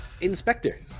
Inspector